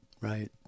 Right